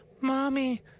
Mommy